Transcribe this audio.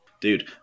Dude